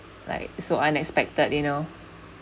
like so unexpected you know